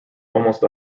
almost